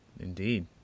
Indeed